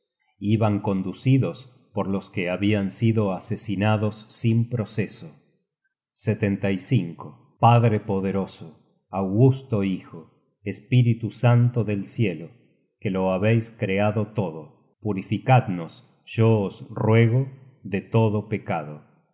iban conducidos por los que habian sido asesinados sin proceso padre poderoso augusto hijo espíritu santo del cielo que lo habeis criado todo purificadnos yo os ruego de todo pecado